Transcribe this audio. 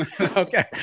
Okay